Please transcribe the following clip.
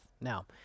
Now